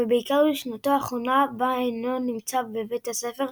ובעיקר בשנתו האחרונה בה אינו נמצא בבית הספר,